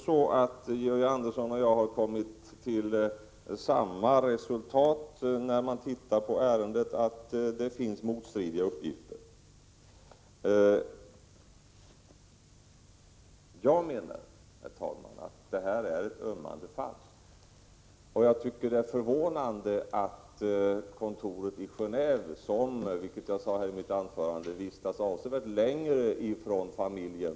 Tydligen har Georg Andersson och jag kommit till samma slutsats när vi har undersökt detta ärende, nämligen att — Prot. 1987/88:44 det finns motstridiga uppgifter. 14 december 1987 Jag menar att detta är ett ömmande fall. Det är förvånande att man på UNHCR:s kontor i Gen&ve har en annan uppfattning än man har på kontoret i Rom. Kontoret i Gendve befinner sig ju avsevärt mycket längre från familjen. Detta tog jag också upp i mitt tidigare anförande. Jag skulle avslutningsvis vilja vädja till statsrådet Georg Andersson att ta en närmare titt på denna familjs situation.